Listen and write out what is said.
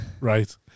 Right